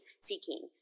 seeking